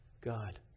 God